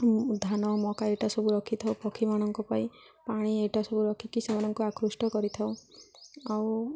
ଧାନ ମକା ଏଇଟା ସବୁ ରଖିଥାଉ ପକ୍ଷୀମାନଙ୍କ ପାଇଁ ପାଣି ଏଇଟା ସବୁ ରଖିକି ସେମାନଙ୍କୁ ଆକୃଷ୍ଟ କରିଥାଉ ଆଉ